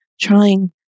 trying